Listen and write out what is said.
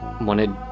wanted